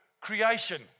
creation